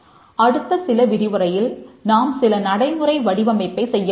அடுத்த சில விரிவுரையில் நாம் சில நடைமுறை வடிவமைப்பை செய்யப்போகிறோம்